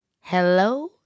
hello